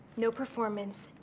no performance,